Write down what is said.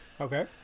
okay